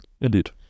Indeed